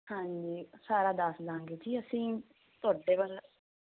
ਹਾਂਜੀ ਸਾਰਾ ਦੱਸ ਦੇਵਾਂਗੇ ਜੀ ਅਸੀਂ ਤੁਹਾਡੇ ਵੱਲ